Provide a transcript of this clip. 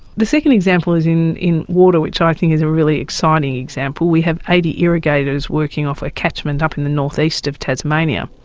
the second example is in in water, which i think is a really exciting example. we have eighty irrigators working off a catchment up in the north-east of tasmania,